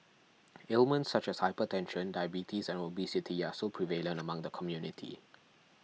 ailments such as hypertension diabetes and obesity are still prevalent among the community